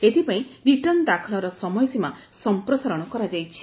ଏଥିପାଇଁ ରିଟର୍ଣ୍ଣ ଦାଖଲର ସମୟସୀମା ସଂପ୍ରସାରଣ କରାଯାଇଛି